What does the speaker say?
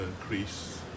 increase